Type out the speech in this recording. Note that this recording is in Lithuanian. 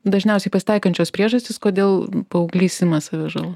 dažniausiai pasitaikančios priežastys kodėl paauglys ima savižalą